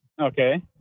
Okay